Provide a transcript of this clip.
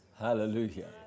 Hallelujah